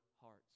hearts